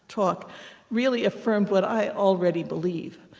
talk really affirmed what i already believe,